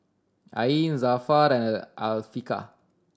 Ain Zafran and Afiqah